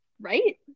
Right